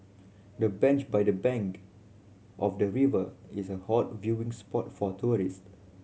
the bench by the bank of the river is a hot viewing spot for tourists